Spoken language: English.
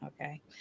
Okay